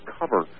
cover